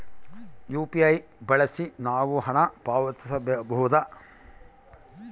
UPI ಬಳಸಿ ನಾವು ಹಣ ಪಾವತಿಸಬಹುದಾ?